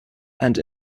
and